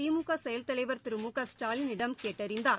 திமுக செயல் தலைவர் திரு மு க ஸ்டாலினிடம் கேட்டறிந்தார்